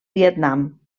vietnam